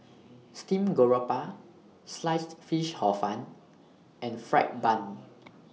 Steamed Garoupa Sliced Fish Hor Fun and Fried Bun